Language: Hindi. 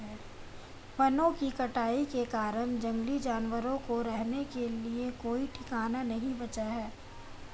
वनों की कटाई के कारण जंगली जानवरों को रहने के लिए कोई ठिकाना नहीं बचा है